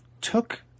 took